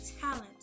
talent